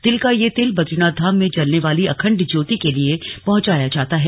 तिल का यह तेल बद्रीनाथ धाम में जलने वाली अखंड ज्योति के लिए पहंचाया जाता है